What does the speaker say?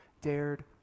dared